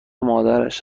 مادرش